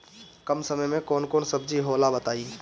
कम समय में कौन कौन सब्जी होला बताई?